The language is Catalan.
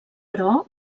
però